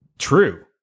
true